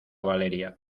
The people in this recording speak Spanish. valeria